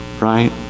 right